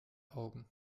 augen